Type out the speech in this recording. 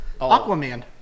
Aquaman